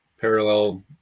parallel